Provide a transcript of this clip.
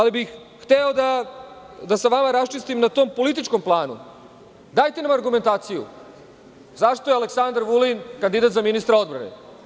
Hteo bih da sa vama raščistim, na tom političkom planu, dajte nam argumentaciju, zašto je Aleksandar Vulin kandidat za ministra odbrane.